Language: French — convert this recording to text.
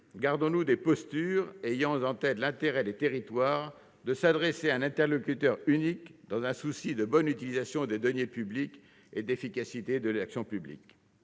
gardons-nous des postures et ayons en tête l'intérêt, pour les territoires, de s'adresser à un interlocuteur unique, dans un souci de bonne utilisation des deniers publics et d'efficacité de l'action publique.